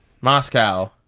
Moscow